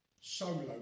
solo